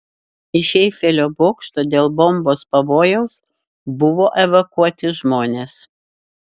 iš eifelio bokšto dėl bombos pavojaus buvo evakuoti žmonės